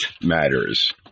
matters